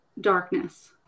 darkness